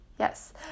Yes